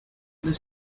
this